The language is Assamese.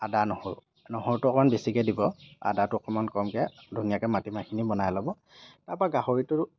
আদা নহৰু নহৰুটো অকণমান বেছিকৈ দিব আদাটো অকণমান কমকৈ ধুনীয়াকৈ মাটিমাহখিনি বনাই ল'ব তাৰ পৰা গাহৰিটো